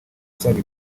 isaga